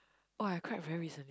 oh I cried very recent